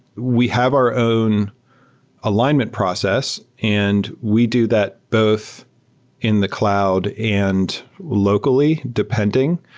we have our own alignment process and we do that both in the cloud and locally, depending.